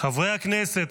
חברי הכנסת,